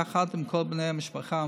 יחד עם כל בני המשפחה המפוארת.